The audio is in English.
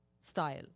style